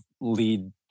lead